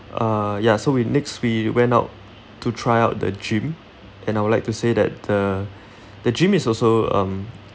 uh ya so we next we went out to try out the gym and I would like to say that the the gym is also um